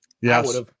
yes